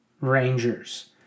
Rangers